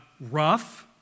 rough